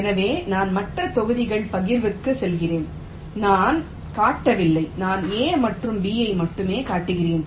எனவே நான் மற்ற தொகுதிகள் பகிர்வுக்கு செல்கிறேன் நான் காட்டவில்லை நான் A மற்றும் B ஐ மட்டுமே காட்டுகிறேன்